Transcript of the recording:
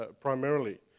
primarily